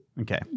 Okay